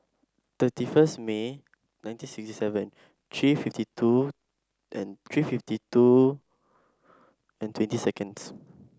thirty first May nineteen sixty seven three fifty two and three fifty two and twenty seconds